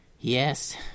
Yes